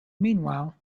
meanwhile